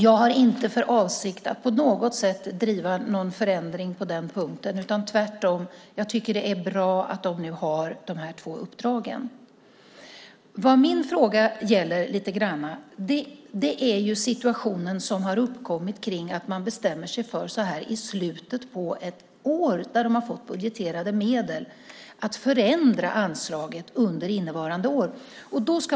Jag har inte för avsikt att på något sätt driva någon förändring på den punkten. Tvärtom tycker jag att det är bra att de nu har de här två uppdragen. Vad min fråga gäller är den situation som har uppkommit när man så här i slutet på ett år då de har fått budgeterade medel bestämmer sig för att förändra anslaget under innevarande år.